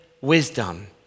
wisdom